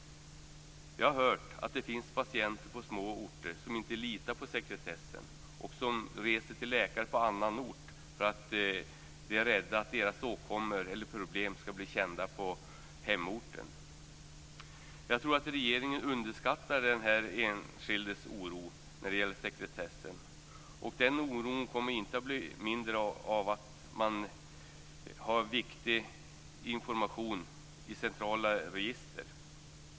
Vi har hört att det finns patienter på små orter som inte litar på sekretessen och som reser till läkare på annan ort för de är rädda att deras åkommor eller problem skall bli kända på hemorten. Jag tror att regeringen underskattar den enskildes oro när det gäller sekretessen. Den oron kommer inte att bli mindre av att man har viktig information i centrala register.